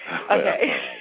Okay